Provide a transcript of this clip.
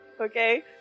okay